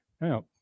Now